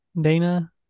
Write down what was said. Dana